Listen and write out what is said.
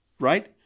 Right